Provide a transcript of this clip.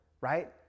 right